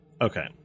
Okay